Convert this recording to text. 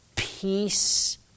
Peace